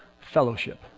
fellowship